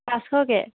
পাঁচশকৈ